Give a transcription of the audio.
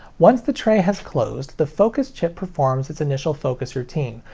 once the tray has closed, the focus chip performs its initial focus routine,